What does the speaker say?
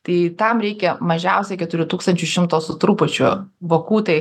tai tam reikia mažiausiai keturių tūkstančių šimto su trupučiu vokų tai